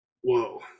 whoa